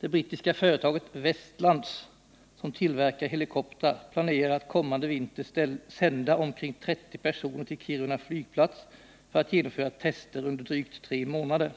”Det brittiska företaget Westlands, som tillverkar helikoptrar, planerar att kommande vinter sända omkring 30 personer till Kiruna flygplats för att genomföra tester under drygt tre månader.